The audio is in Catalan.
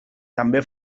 també